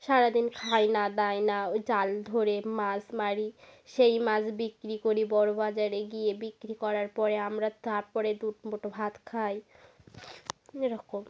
সারা দিন খাই না দাই না ওই জাল ধরে মাছ মারি সেই মাছ বিক্রি করি বড় বাজারে গিয়ে বিক্রি করার পরে আমরা তারপরে দু মুঠো ভাত খাই এরকম